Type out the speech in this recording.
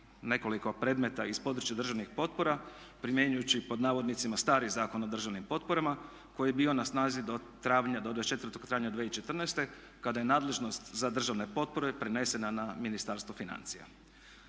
nekoliko predmeta iz područja državnih potpora primjenjujući pod navodnicima "stari" Zakon o državnim potporama koji je bio na snazi do 24. travnja 2014. kada je nadležnost za državne potpore prenesena na Ministarstvo financija.